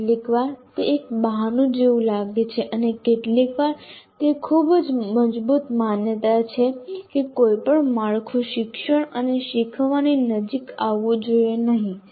કેટલીકવાર તે એક બહાનું જેવું લાગે છે અને કેટલીકવાર તે ખૂબ જ મજબૂત માન્યતા છે કે કોઈ પણ માળખું શિક્ષણ અને શીખવાની નજીક આવવું જોઈએ નહીં